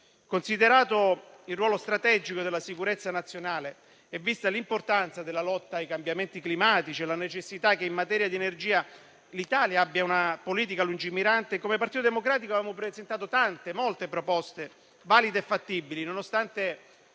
Considerato il ruolo strategico della sicurezza nazionale e vista l'importanza della lotta ai cambiamenti climatici e la necessità che in materia di energia l'Italia abbia una politica lungimirante, come Partito Democratico avevamo presentato molte proposte valide e fattibili, nonostante